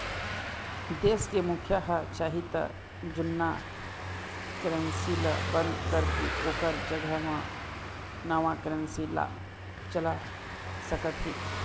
देश के मुखिया ह चाही त जुन्ना करेंसी ल बंद करके ओखर जघा म नवा करेंसी ला चला सकत हे